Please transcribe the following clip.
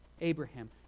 Abraham